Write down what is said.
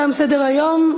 תם סדר-היום.